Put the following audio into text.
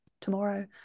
tomorrow